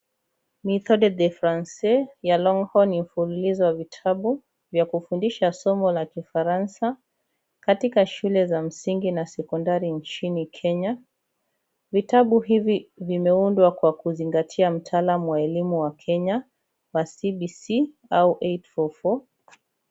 Methode de français ya longhorn ni mfululizo wa vitabu vya kufundisha somo la kifaransa katika shule za msingi na sekondari nchini Kenya. Vitabu hivi vimeundwa kwa kuzingatia mtaalam wa elimu wa Kenya wa CBC au Eight four four ,